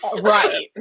Right